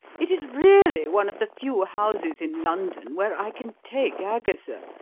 it is really one of the few houses in london where i can take agatha,